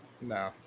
No